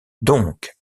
donc